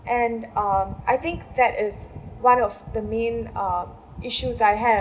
and um I think that is what else the main um issues I have